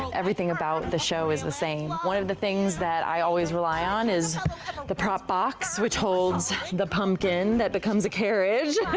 everything about the show is the same. one of the things that i always rely on is the prop box which holds the pumpkin that becomes a carriage.